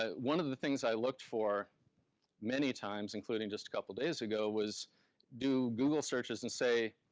ah one of the things i looked for many times, including just a couple days ago, was do google searches and say,